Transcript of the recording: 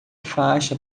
faixa